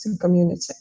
community